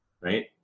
right